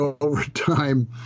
overtime